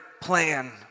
plan